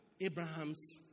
Abraham's